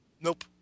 Nope